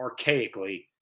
archaically